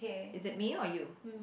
is it me or you